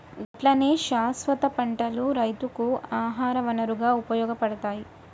గట్లనే శాస్వత పంటలు రైతుకు ఆహార వనరుగా ఉపయోగపడతాయి